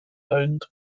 owned